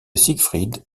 siegfried